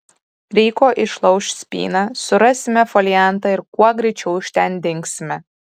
ryko išlauš spyną surasime foliantą ir kuo greičiau iš ten dingsime